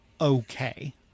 okay